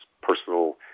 personal